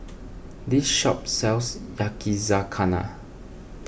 this shop sells Yakizakana